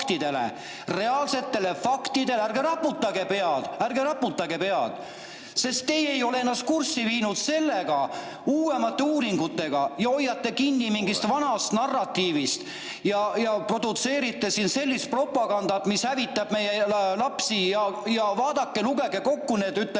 reaalsetele faktidele. Ärge raputage pead! Ärge raputage pead! Sest teie ei ole ennast kurssi viinud sellega, uuemate uuringutega, ja hoiate kinni mingist vanast narratiivist ja produtseerite siin sellist propagandat, mis hävitab meie lapsi. Vaadake, lugege kokku need, ütleme,